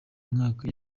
mwaka